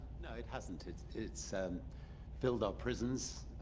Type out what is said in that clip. no it hasn't. it's it's filled our prisons,